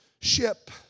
ship